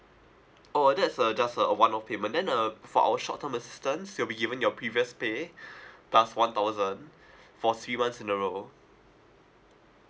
oh that's uh just a one off payment then uh for our short term assistance you'll be given your previous pay plus one thousand for three months in a row